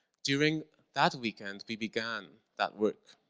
during that weekend we began that work.